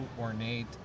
ornate